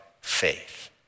faith